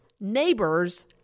neighbors